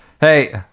Hey